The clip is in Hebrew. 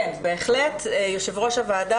כן, בהחלט, יו"ר הוועדה.